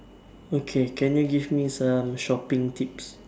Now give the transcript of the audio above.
okay can you give me some shopping tips